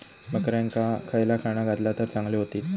बकऱ्यांका खयला खाणा घातला तर चांगल्यो व्हतील?